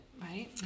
right